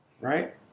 Right